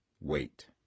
wait